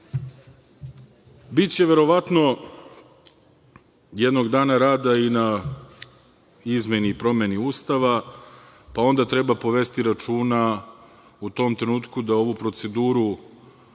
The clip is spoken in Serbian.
toga. Biće verovatno jednog dana rada i na izmeni i promeni Ustava, pa onda treba povesti računa u tom trenutku da ovu proceduru,